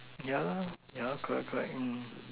yeah lah yeah correct correct